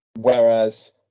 Whereas